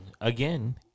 Again